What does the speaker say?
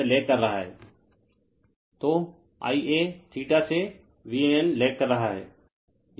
तो Ia से VAN leg कर रहा हैं